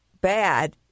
bad